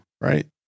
right